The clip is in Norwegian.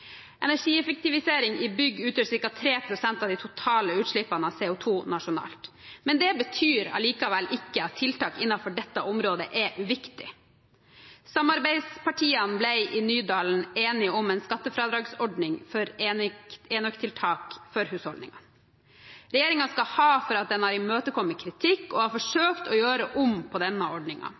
Energieffektivisering i bygg utgjør ca. 3 pst. av de totale utslippene av CO2 nasjonalt. Det betyr allikevel ikke at tiltak innenfor dette området er uviktig. Samarbeidspartiene ble i Nydalen enige om en skattefradragsordning for enøktiltak for husholdninger. Regjeringen skal ha for at den har imøtekommet kritikk og har forsøkt å gjøre om på denne